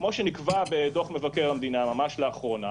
כפי שנקבע ממש לאחרונה